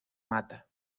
mata